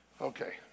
Okay